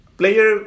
player